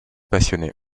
passionnés